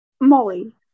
Molly